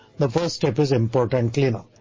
the first step is important cleanup.